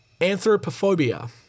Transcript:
Anthropophobia